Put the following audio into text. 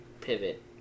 pivot